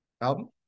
album